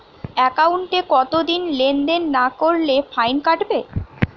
একাউন্টে কতদিন লেনদেন না করলে ফাইন কাটবে?